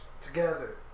together